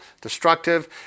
destructive